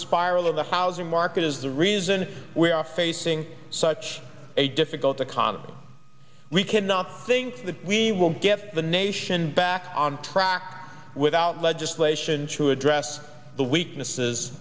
spiral of the housing market is the reason we are facing such a difficult economy we cannot think that we will get the nation back on track without legislation to address the weaknesses